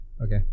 okay